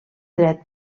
dret